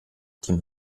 team